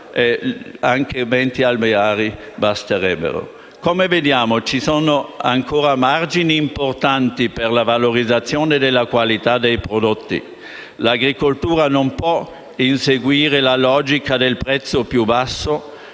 realtà, a noi basterebbe il limite di 20. Ci sono anche ancora margini importanti per la valorizzazione della qualità dei prodotti. L'agricoltura non può inseguire la logica del prezzo più basso,